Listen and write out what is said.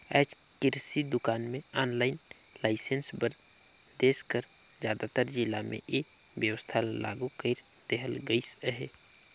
आएज किरसि दुकान के आनलाईन लाइसेंस बर देस कर जादातर जिला में ए बेवस्था ल लागू कइर देहल गइस अहे